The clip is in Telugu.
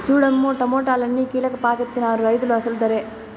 సూడమ్మో టమాటాలన్ని కీలపాకెత్తనారు రైతులు అసలు దరే